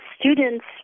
student's